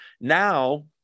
now